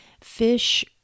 fish